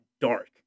dark